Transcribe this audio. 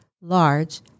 large